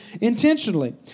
intentionally